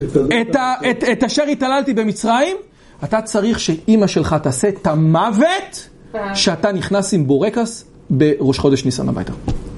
את אשר התעללתי במצרים, אתה צריך שאימא שלך תעשה את המוות שאתה נכנס עם בורקס בראש חודש שניסן הביתה.